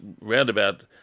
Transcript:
roundabout